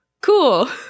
cool